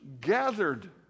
gathered